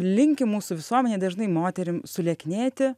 linki mūsų visuomenėj dažnai moterim sulieknėti